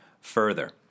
further